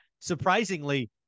surprisingly